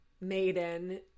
maiden